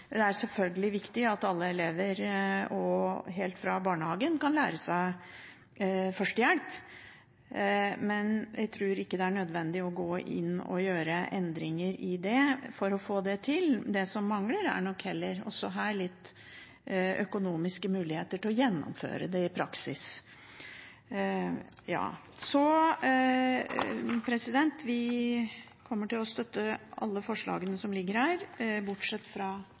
Det er selvfølgelig viktig at alle elever helt fra barnehagen kan lære seg førstehjelp, men vi tror ikke det er nødvendig å gå inn og gjøre endringer i dette for å få det til. Det som mangler, er nok heller, også her, litt økonomiske muligheter til å gjennomføre det i praksis. Vi kommer til å støtte alle forslagene som foreligger, bortsett fra